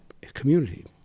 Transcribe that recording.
community